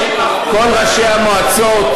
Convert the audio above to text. כל ראשי המועצות,